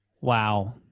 Wow